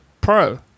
Pro